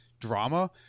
drama